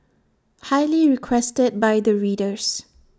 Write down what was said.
highly requested by the readers